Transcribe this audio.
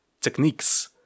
techniques